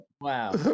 Wow